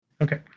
okay